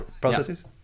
processes